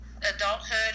adulthood